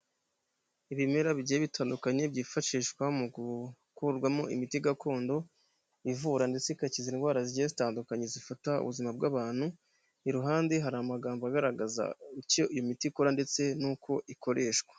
Ibimera bigiye bitandukanye byifashishwa mu gukurwamo imiti gakondo, ivura ndetse igakiza indwara zigiye zitandukanye zifata ubuzima bw'abantu, iruhande hari amagambo agaragaza icyo imiti ikora ndetse n'uko ikoreshwa.